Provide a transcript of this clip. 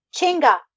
Chinga